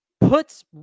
puts